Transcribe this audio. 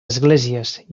esglésies